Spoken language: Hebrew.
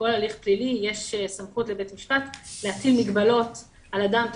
בכל הליך פלילי יש סמכות לבית משפט להטיל מגבלות על אדם,